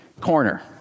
corner